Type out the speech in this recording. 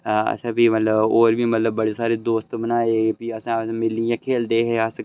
असें फ्ही मतलब होर बी मतलब बड़े सारे दोस्त बनाए फ्ही असें मिलियै खेलदे हे अस